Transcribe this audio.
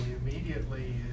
immediately